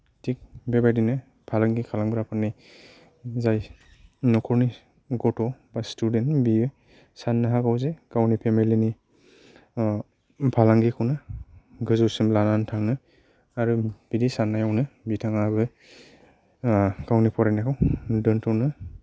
थिग बेबायदिनो फालांगि खालामग्राफोरनि जाय न'खरनि गथ' बा स्टुदेन्त बियो सान्नो हागौ जे गावनि फेमिलि नि फालांगिखौनो गोजौसिम लानानै थांनो आरो बिदि सान्नायावनो बिथांआबो गावनि फरायनायखौ दोन्थ'नो